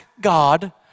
God